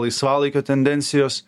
laisvalaikio tendencijos